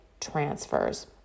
transfers